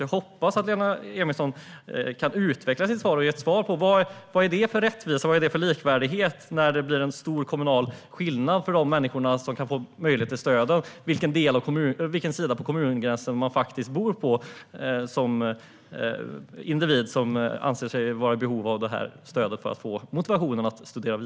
Jag hoppas att Lena Emilsson kan utveckla sitt svar och tala om vad det blir för rättvisa och likvärdighet när det finns en stor kommunal skillnad mellan de människor - de individer som anser sig vara i behov av detta stöd för att få motivation att studera vidare - som kan få möjlighet till stöd, beroende på vilken sida av kommungränsen de bor på.